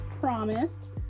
promised